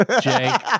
Jake